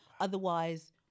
Otherwise